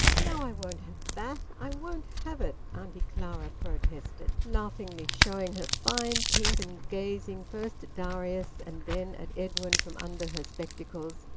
now i won't have that! i won't have it! auntie clara protested, laughingly showing her fine teeth and gazing first at darius, and then at edwin, from under her spectacles,